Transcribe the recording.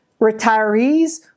retirees